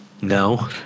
No